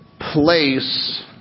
place